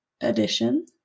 edition